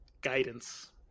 guidance